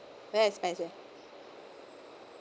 very expensive